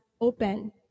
open